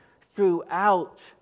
throughout